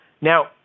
Now